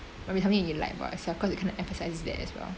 maybe something you like about yourself cause you kind of emphasise that as well